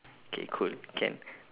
okay cool can